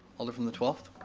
alder from the twelfth.